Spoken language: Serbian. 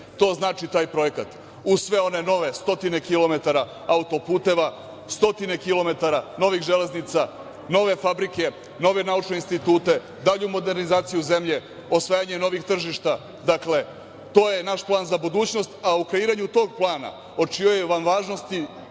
To znači, taj projekat. Uz sve one nove stotine kilometara autoputeva, stotine kilometara novih železnica, nove fabrike, nove naučne institute, dalju modernizaciju zemlje, osvajanje novih tržišta, dakle, to je naš plan za budućnost a u kreiranju tog plana o čijoj je važnosti